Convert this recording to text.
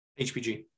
HPG